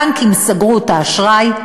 הבנקים סגרו את האשראי,